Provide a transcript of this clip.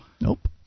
Nope